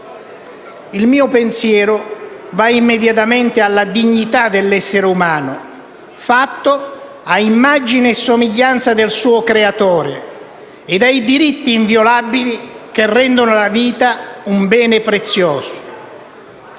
Il mio pensiero va immediatamente alla dignità dell'essere umano, fatto a immagine e somiglianza del suo Creatore, e ai diritti inviolabili che rendono la vita un bene prezioso;